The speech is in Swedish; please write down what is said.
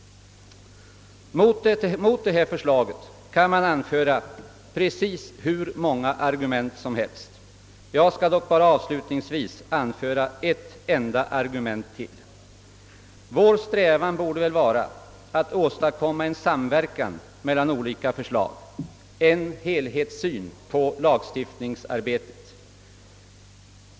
Mot det här förslaget kan man anföra precis hur många argument som helst. Jag skall dock bara avslutningsvis anföra ett enda argument till. Vår strävan borde väl vara att åstadkomma en samverkan mellan olika förslag, en helhetssyn på lagstiftningsarbetet.